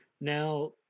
Now